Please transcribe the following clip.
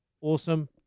Awesome